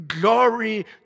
Glory